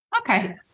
Okay